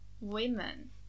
Women